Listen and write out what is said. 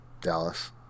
Dallas